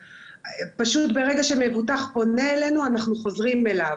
פשוט ברגע שמבוטח פונה אלינו אנחנו חוזרים אליו.